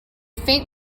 faint